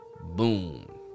boom